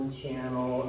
channel